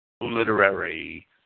literary